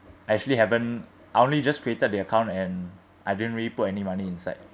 actually haven't I only just created the account and I didn't really put any money inside